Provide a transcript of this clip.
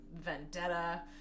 vendetta